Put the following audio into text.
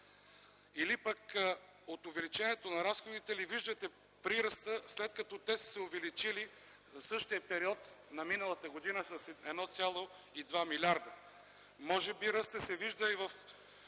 Или пък от увеличението на разходите ли виждате прираста, след като те са се увеличили за същия период на миналата година с 1,2 млрд. лв. Може би ръстът се вижда и от